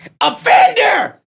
offender